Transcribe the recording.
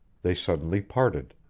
they suddenly parted.